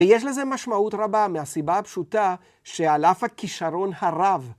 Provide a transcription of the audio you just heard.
ויש לזה משמעות רבה מהסיבה הפשוטה שעל אף הכישרון הרב.